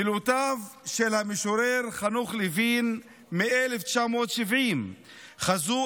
מילותיו של המשורר חנוך לוין מ-1970 חזו